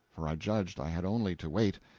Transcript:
for i judged i had only to wait,